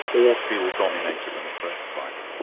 or feel dominated and oppressed by them?